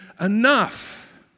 enough